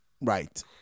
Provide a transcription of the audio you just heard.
right